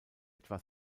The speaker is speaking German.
etwa